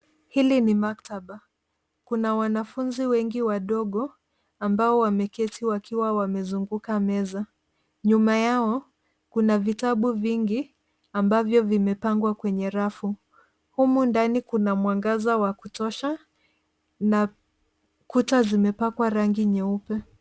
Hili ni maktaba, kuna wanafunzi wengi wadogo ambao wameketi wakiwa wamezunguka meza. Nyuma yao kuna vitabu vingi ambavyo vimepangwa kwenye rafu. Humu ndani kuna mwangaza wa kutosha na kuta zimepakwa rangi nyeupe.